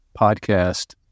podcast